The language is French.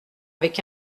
avec